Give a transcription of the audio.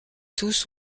tous